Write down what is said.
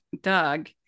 Doug